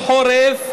חורף,